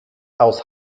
aus